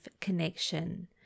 connection